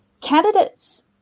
candidates